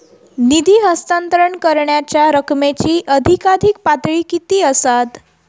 निधी हस्तांतरण करण्यांच्या रकमेची अधिकाधिक पातळी किती असात?